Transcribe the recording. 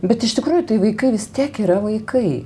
bet iš tikrųjų tai vaikai vis tiek yra vaikai